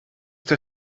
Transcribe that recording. der